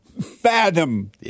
Fathom